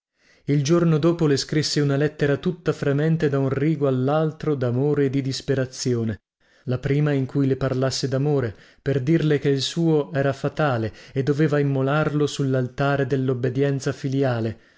il giorno dopo le scrisse una lettera tutta fremente da un rigo allaltro damore e di disperazione la prima in cui le parlasse damore per dirle che il suo era fatale e doveva immolarlo sullaltare dellobbedienza filiale